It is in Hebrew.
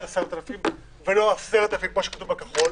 10,000 שקלים" ולא "10,000 שקלים" כפי שכתוב בנוסח הכחול,